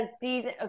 season